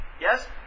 Yes